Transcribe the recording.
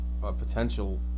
potential